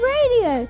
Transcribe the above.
Radio